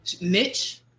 niche